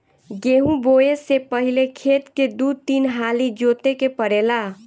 गेंहू बोऐ से पहिले खेत के दू तीन हाली जोते के पड़ेला